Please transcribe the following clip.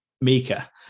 Mika